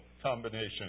combination